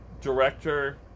director